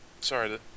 Sorry